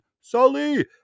Sully